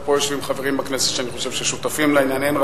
ככל שיהיו חברים בכנסת שאני חושב שהם שותפים לעניין,